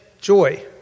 joy